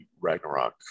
Ragnarok